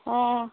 हाँ